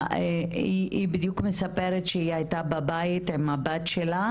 אני לא אשתוק ולא אירע עד שייעשה צדק לבן שלי.